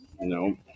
No